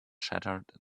shattered